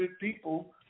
people